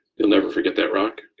you'll never forget that rock?